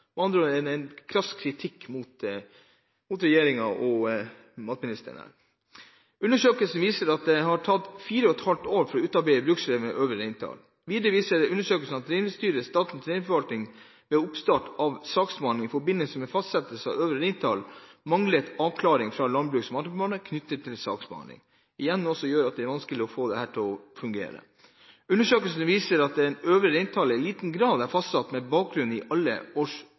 en krass kritikk av regjeringen og matministeren. Og videre: «Undersøkelsen viser at det har tatt fire og et halvt år å utarbeide bruksregler med øvre reintall. Videre viser undersøkelsen at Reindriftsstyret og Statens reindriftsforvaltning ved oppstart av saksbehandlingen i forbindelse med fastsettelse av øvre reintall manglet avklaringer fra Landbruks- og matdepartementet knyttet til saksbehandlingen.» Igjen noe som gjør at det er vanskelig å få dette til å fungere. Sitatet fortsetter: «Undersøkelsen viser at det øvre reintallet i liten grad er fastsatt med bakgrunn i alle